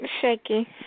Shaky